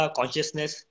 consciousness